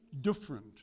different